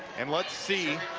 and let's see